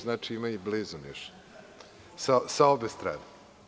Znači, ima i blizu Niša, sa obe strane.